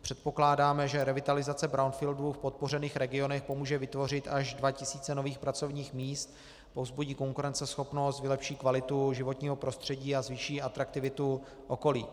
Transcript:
Předpokládáme, že revitalizace brownfieldů v podpořených regionech pomůže vytvořit až dva tisíce nových pracovních míst, povzbudí konkurenceschopnost, vylepší kvalitu životního prostředí a zvýší atraktivitu okolí.